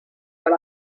per